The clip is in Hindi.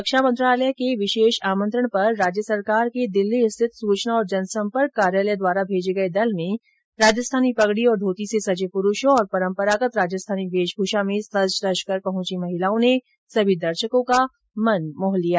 रक्षा मंत्रालय भारत सरकार के विशेष आमंत्रण पर राज्य सरकार के दिल्ली स्थित सुचना और जनसंपर्क कार्यालय द्वारा भेजे दल में राजस्थानी पगड़ी और धोती से सजे पुरुषों और परंपरागत राजस्थानी वेशभूषा में सज धज कर पहंची महिलाओं ने सभी दर्शकों का मन मोह लिया